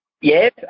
Yes